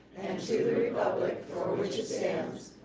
to the republic for which it stands,